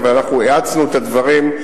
אבל אנחנו האצנו את הדברים,